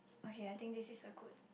okay I think this is a good